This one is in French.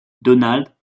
donald